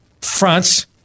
France